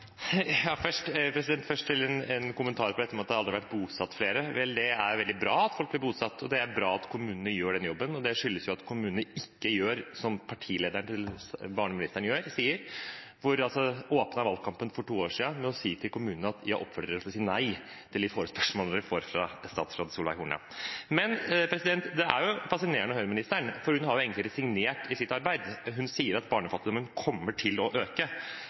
Først en kommentar til at det aldri har vært bosatt flere. Vel, det er veldig bra at folk blir bosatt. Det er bra at kommunene gjør den jobben. Det skyldes jo at kommunene ikke gjør det partilederen til barneministeren oppfordret kommunene til da hun åpnet valgkampen for to år siden, nemlig å si nei til de forespørslene man ville få fra statsråd Solveig Horne. Det er fascinerende å høre barneministeren, for hun har egentlig resignert i sitt arbeid. Hun sier at barnefattigdommen kommer til å øke.